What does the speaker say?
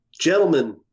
gentlemen